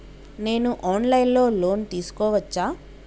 నేను online లో loan తీసుకోవచ్చా?